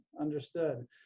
Understood